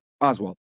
Oswald